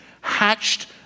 hatched